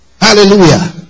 Hallelujah